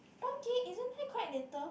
one gig isn't that quite little